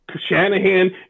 Shanahan